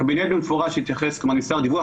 הקבינט במפורש התייחס, כלומר, נמסר דיווח.